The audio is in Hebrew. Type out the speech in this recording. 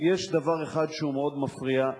יש דבר אחד שמאוד מפריע,